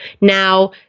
Now